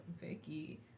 Vicky